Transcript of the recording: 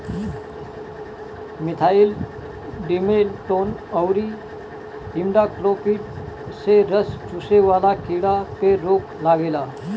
methyl demeton अउरी imidacloprid से रस चुसे वाला कीड़ा पे रोक लागेला